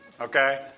Okay